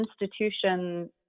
institution